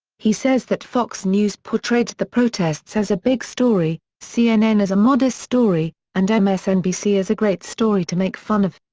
he says that fox news portrayed the protests as a big story, cnn as a modest story, and msnbc as a great story to make fun of.